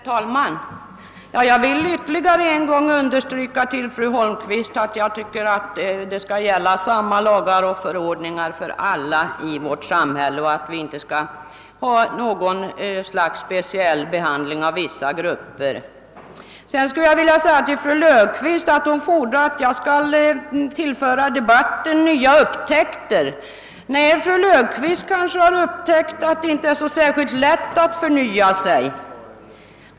Herr talman! Jag vill än en gång understryka, fru Holmqvist, att jag tycker att samma lagar och förordningar skall gälla för alla i vårt samhälle och att vissa grupper inte skall ha någon speciell behandling. Fru Löfqvist fordrar att jag skall tillföra debatten nya upptäckter. Fru Löfqvist kanske själv har upptäckt att det inte är särskilt lätt att förnya sig.